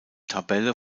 tabelle